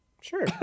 Sure